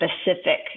specific